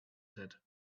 said